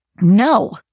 no